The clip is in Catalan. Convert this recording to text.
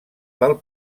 del